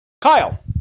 Kyle